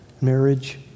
marriage